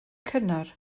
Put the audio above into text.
cynnar